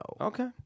Okay